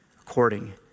according